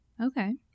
Okay